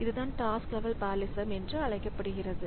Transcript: இதுதான் task level parallelism என்று அழைக்கப்படுகிறது